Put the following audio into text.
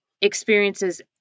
experiences